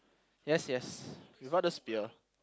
yes yes without the spear